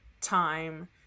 time